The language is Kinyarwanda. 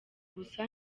gusa